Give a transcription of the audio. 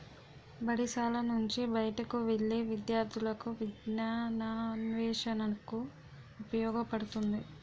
బడిశాల నుంచి బయటకు వెళ్లే విద్యార్థులకు విజ్ఞానాన్వేషణకు ఉపయోగపడుతుంది